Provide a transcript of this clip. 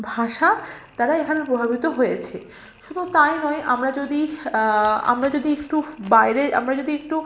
ভাষা তারা এখানে প্রভাবিত হয়েছে শুধু তাই নয় আমরা যদি আমরা যদি একটু বাইরে আমরা যদি একটু